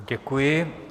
Děkuji.